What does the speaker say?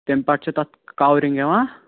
تَمہِ پتہٕ چھِ تَتھ کَورِنٛگ یِوان